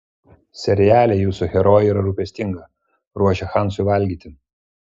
seriale jūsų herojė yra rūpestinga ruošia hansui valgyti